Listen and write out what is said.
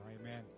Amen